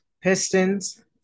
Pistons